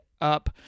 up